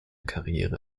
karriere